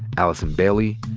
allison bailey,